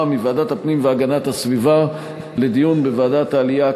מוועדת הפנים והגנת הסביבה לדיון בוועדת העלייה,